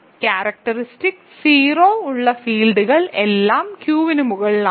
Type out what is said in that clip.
characteristic 0 ഉള്ള ഫീൽഡുകൾ എല്ലാം ക്യു ന് മുകളിലാണ്